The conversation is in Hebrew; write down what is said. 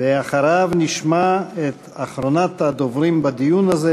ואחריו נשמע את אחרונת הדוברים בדיון הזה,